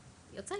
כן, יצא לי.